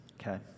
Okay